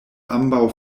ambaŭ